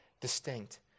distinct